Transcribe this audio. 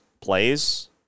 plays